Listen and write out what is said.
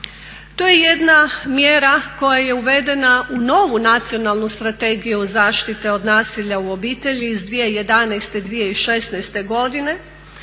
To je jedna mjera koja je uvedena u novu nacionalnu strategiju zaštite od nasilja u obitelji iz 2011., 2016. godine